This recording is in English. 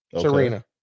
Serena